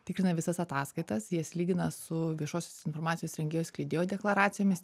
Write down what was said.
tikrina visas ataskaitas jas lygina su viešosios informacijos rengėjo skleidėjo deklaracijomis